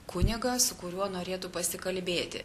kunigą su kuriuo norėtų pasikalbėti